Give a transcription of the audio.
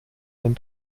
den